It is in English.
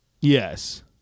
Yes